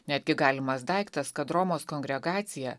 netgi galimas daiktas kad romos kongregacija